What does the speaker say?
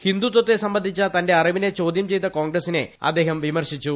ഹിന്ദുത്വത്തെ സംബന്ധിച്ച തന്റെ അറിവിനെ ചോദ്യം ചെയ്ത കോൺഗ്രസിനെ അദ്ദേഹം വിമർശിച്ചു